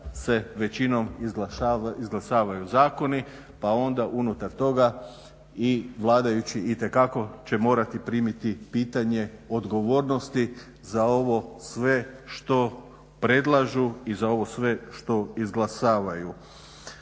većinom izglasavaju zakoni pa onda unutar toga i vladajući itekako će morati primiti pitanje odgovornosti za ovo sve što predlažu i za ovo sve što izglasavaju.